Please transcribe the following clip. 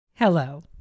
Hello